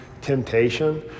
temptation